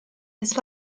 his